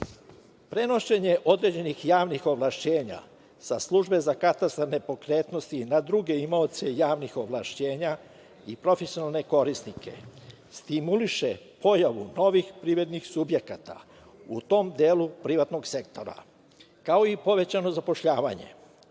zakona. Prenošenje određenih javnih ovlašćenja sa Službe za katastar nepokretnosti na druge imaoce javnih ovlašćenja i profesionalne korisnike stimuliše pojavu novih privrednih subjekata u tom delu privatnog sektora, kao i povećano zapošljavanje. Sa